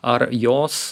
ar jos